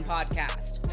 Podcast